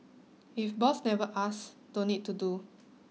if boss never asks don't need to do